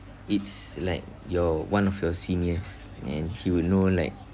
it's like your one of your seniors and he would know like